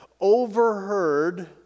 Overheard